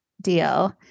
deal